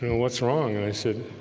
what's wrong and i said,